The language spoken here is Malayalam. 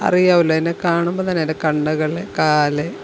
അറിയാമല്ലോ അതിനെ കാണുമ്പോൾ തന്നെ അതിൻ്റെ കണ്ണുകൾ കാല്